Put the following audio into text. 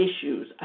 issues